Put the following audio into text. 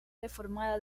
reformada